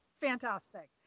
fantastic